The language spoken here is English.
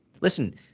listen